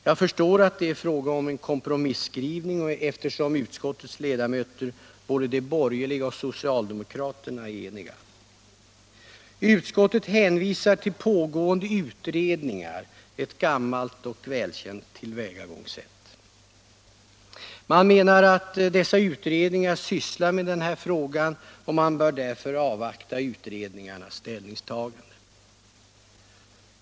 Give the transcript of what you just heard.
Jag förstår att det är fråga om en kompromisskrivning, eftersom utskottets ledamöter — både de borgerliga och socialdemokraterna — är eniga. Att utskottet hänvisar till pågående utredningar är ett gammalt och välkänt tillvägagångssätt. Utskottet menar att dessa utredningar sysslar med frågan, och man bör därför avvakta utredningarnas ställningstagande.